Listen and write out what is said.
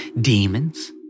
demons